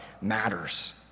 matters